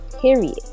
Period